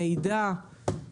מידע,